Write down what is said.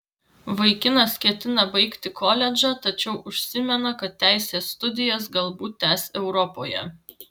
vaikinas ketina baigti koledžą tačiau užsimena kad teisės studijas galbūt tęs europoje